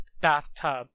bathtub